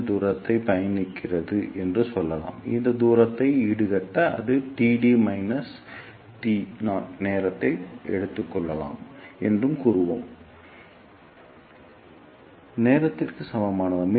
L தூரத்தை பயணிக்கிறது என்று சொல்லலாம் இந்த தூரத்தை ஈடுகட்ட இது நேரத்தை எடுத்துக்கொள்வோம் என்று கூறுவோம் இது குறிப்பு எலக்ட்ரான் எடுத்துக்கொண்ட நேரத்திற்கு சமமானதாகும்